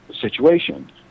situation